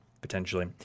potentially